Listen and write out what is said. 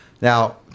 Now